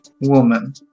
woman